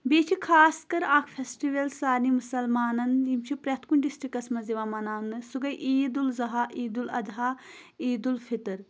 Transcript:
بیٚیہِ چھِ خاص کَر اکھ فیسٹِوَل سارنٕے مُسلمانَن یِم چھِ پرٛٮ۪تھ کُنہِ ڈِسٹِرٛکَس منٛز یِوان مَناونہٕ سُہ گٔے عید الضحیٰ عیدالضحیٰ عیدالفطر